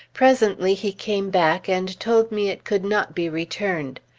presently he came back and told me it could not be returned.